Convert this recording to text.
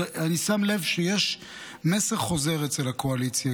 אני שם לב שיש מסר חוזר אצל הקואליציה,